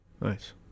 Nice